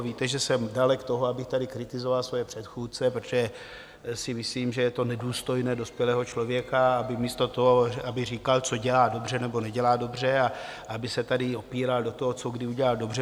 Víte, že jsem daleko toho, abych tady kritizoval svoje předchůdce, protože si myslím, že je to nedůstojné dospělého člověka, aby místo toho, aby říkal, co dělá dobře nebo nedělá dobře, aby se tady opíral do toho, co kdy udělal dobře.